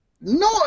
no